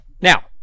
Now